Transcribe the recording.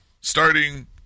starting